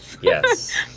Yes